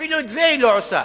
אפילו את זה היא לא עושה.